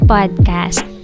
Podcast